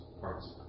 parts